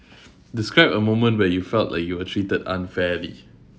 describe a moment where you felt like you were treated unfairly